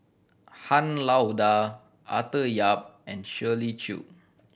Han Lao Da Arthur Yap and Shirley Chew